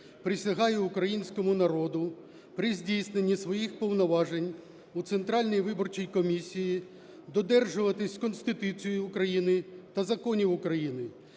присягаю українському народу при здійсненні своїх повноважень в Центральній виборчій комісії додержуватися Конституції України та законів України,